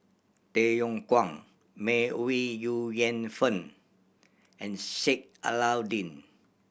Tay Yong Kwang May Ooi Yu Fen and Sheik Alau'ddin